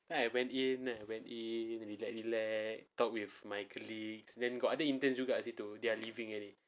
then I went in then I went in rilek-rilek talk with my colleagues then got other interns juga situ they are leaving already